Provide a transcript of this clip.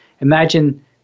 Imagine